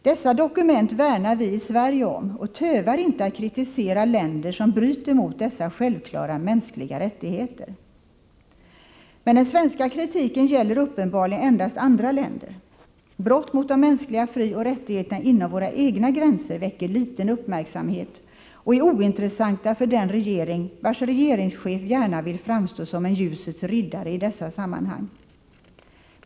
Dessa dokument värnar vi i Sverige om och tövar inte att kritisera länder som bryter mot dessa självklara mänskliga rättigheter. Men den svenska kritiken gäller uppenbarligen endast andra länder. Brott mot de mänskliga frioch rättigheterna inom våra egna gränser väcker liten uppmärksamhet och är ointressanta för den regering vars regeringschef gärna vill framstå som en ljusets riddare i dessa sammanhang.